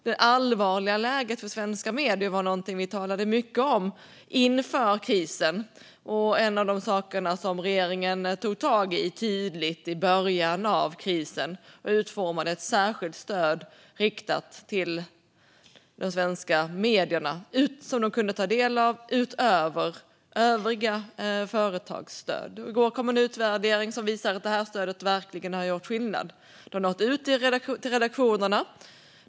Det allvarliga läget för svenska medier var någonting vi talade mycket om inför krisen, och en av de saker som regeringen tog tag i tydligt i början av krisen var att utforma ett särskilt stöd riktat till de svenska medierna som de kunde ta del av utöver övriga företagsstöd. I går kom en utvärdering som visade att det här stödet verkligen har gjort skillnad. Det har nått ut till redaktionerna.